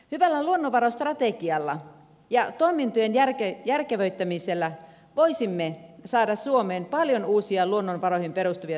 hyvällä luonnonvarastrategialla ja toimintojen järkevöittämisellä voisimme saada suomeen paljon uusia luonnonvaroihin perustuvia työpaikkoja